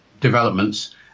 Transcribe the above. Developments